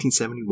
1971